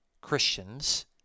Christians